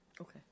Okay